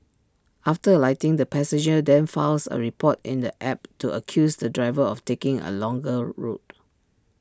after alighting the passenger then files A report in the app to accuse the driver of taking A longer route